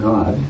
God